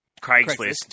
Craigslist